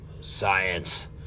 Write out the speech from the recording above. science